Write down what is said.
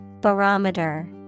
Barometer